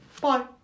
Bye